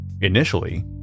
Initially